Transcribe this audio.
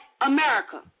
America